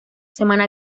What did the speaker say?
semana